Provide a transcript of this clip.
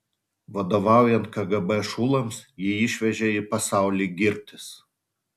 vadovaujant kgb šulams jį išvežė į pasaulį girtis